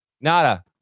Nada